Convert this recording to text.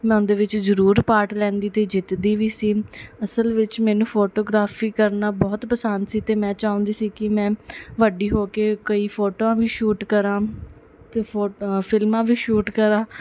ਮੈਂ ਉਹਦੇ ਵਿੱਚ ਜ਼ਰੂਰ ਪਾਟ ਲੈਂਦੀ ਅਤੇ ਜਿੱਤਦੀ ਵੀ ਸੀ ਅਸਲ ਵਿੱਚ ਮੈਨੂੰ ਫੋਟੋਗ੍ਰਾਫੀ ਕਰਨਾ ਬਹੁਤ ਪਸੰਦ ਸੀ ਅਤੇ ਮੈਂ ਚਾਹੁੰਦੀ ਸੀ ਕਿ ਮੈਂ ਵੱਡੀ ਹੋ ਕੇ ਕਈ ਫੋਟੋਆਂ ਵੀ ਸ਼ੂਟ ਕਰਾਂ ਅਤੇ ਫੋ ਫਿਲਮਾਂ ਵੀ ਸ਼ੂਟ ਕਰਾਂ